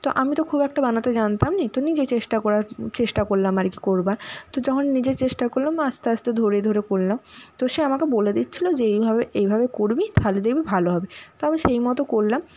তো আমি তো খুব একটা বানাতে জানতাম না তো নিজেই চেষ্টা করার চেষ্টা করলাম আর কি করবার তো যখন নিজে চেষ্টা করলাম আস্তে আস্তে ধরে ধরে করলাম তো সে আমাকে বলে দিচ্ছিল যে এইভাবে এইভাবে করবি তাহলে দেখবি ভালো হবে তো আমি সেই মতো করলাম